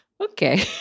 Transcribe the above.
Okay